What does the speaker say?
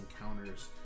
encounters